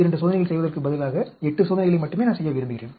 32 சோதனைகள் செய்வதற்கு பதிலாக 8 சோதனைகளை மட்டுமே செய்ய விரும்புகிறேன்